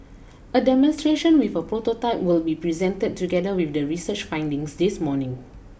a demonstration with a prototype will be presented together with the research findings this morning